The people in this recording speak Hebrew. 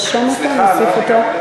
סליחה, לא, נרשום אותו או נוסיף אותו?